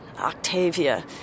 Octavia